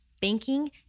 banking